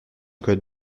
code